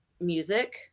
music